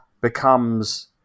becomes